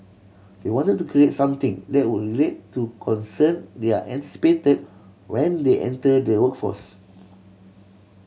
they wanted to create something that would relate to concern they are anticipated when they enter the workforce